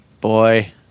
boy